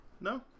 No